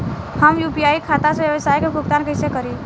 हम यू.पी.आई खाता से व्यावसाय के भुगतान कइसे करि?